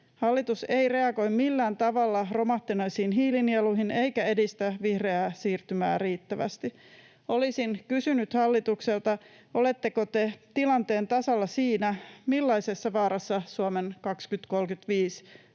Hallitus ei reagoi millään tavalla romahtaneisiin hiilinieluihin eikä edistä vihreää siirtymää riittävästi. Olisin kysynyt hallitukselta: Oletteko te tilanteen tasalla siinä, millaisessa vaarassa Suomen